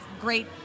great